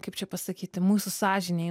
kaip čia pasakyti mūsų sąžinei